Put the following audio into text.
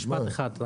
משפט אחד.